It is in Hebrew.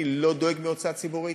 אני לא דואג מהוצאה ציבורית,